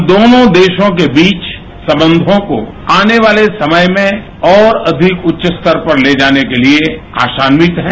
हम दोनों देशों के बीच संबंधों को आने वाले समय में और अधिक उच्च स्तर पर ले जाने के लिए आशान्वित है